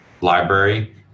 library